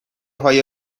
های